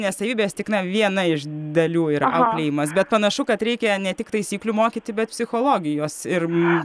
ne savybės tik na viena iš dalių yra auklėjimas bet panašu kad reikia ne tik taisyklių mokyti bet psichologijos ir